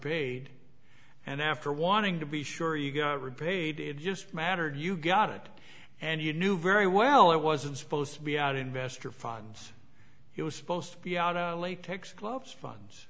repaid and after wanting to be sure you got repaid it just mattered you got it and you knew very well it wasn't supposed to be out investor funds it was supposed to be out of latex gloves funds